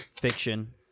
Fiction